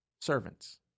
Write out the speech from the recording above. servants